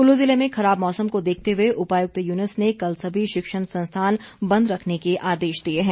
कुल्लू जिले में खराब मौसम को देखते हुए उपायुक्त युनूस ने कल सभी शिक्षण संस्थान बंद रखने के आदेश दिए हैं